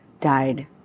died